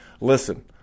listen